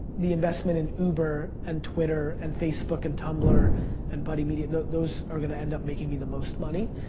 the investment in uber and twitter and facebook and tumblr and buddy media those are gonna end up making me the most money.